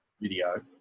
video